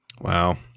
Wow